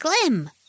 Glim